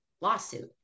lawsuit